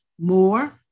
more